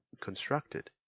constructed